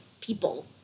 people